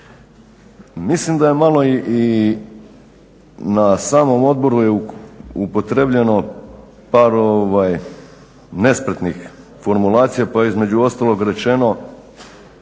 Mislim da je malo i na samom odboru je upotrijebljeno par nespretnih formulacija pa je između ostalog rečeno